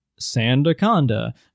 Sandaconda